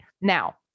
Now